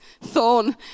thorn